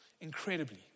Incredibly